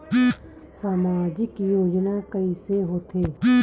सामजिक योजना कइसे होथे?